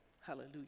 Hallelujah